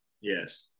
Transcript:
Yes